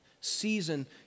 season